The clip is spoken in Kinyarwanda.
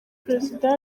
perezida